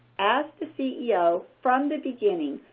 as the ceo, from the beginning,